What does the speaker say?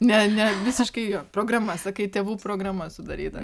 ne ne visiškai jo programa sakai tėvų programa sudaryta